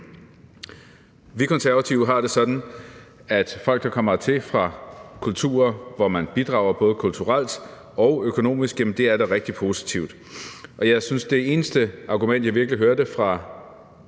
Vi Konservative har det sådan med folk, der kommer hertil fra kulturer, hvor man bidrager både kulturelt og økonomisk, at det er rigtig positivt. Og jeg synes, at det eneste argument, jeg virkelig hørte fra